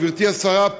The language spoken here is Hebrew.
גברתי השרה,